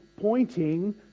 pointing